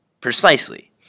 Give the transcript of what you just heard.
Precisely